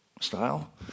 Style